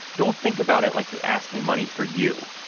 don't think about it like you're asking money for you,